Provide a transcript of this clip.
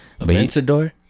Aventador